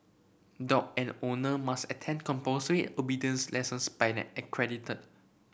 dog and owner must attend compulsory obedience lessons by an accredited